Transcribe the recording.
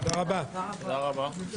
הישיבה ננעלה בשעה 16:04.